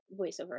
voiceover